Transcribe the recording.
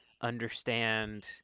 understand